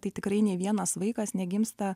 tai tikrai nė vienas vaikas negimsta